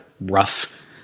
rough